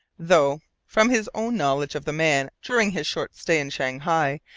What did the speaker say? though from his own knowledge of the man during his short stay in shanghai,